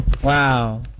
Wow